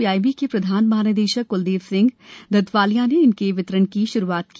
PIB के प्रधान महानिदेशक क्लदीप सिंह धतवालिया ने इनके वितरण की श्रूआत की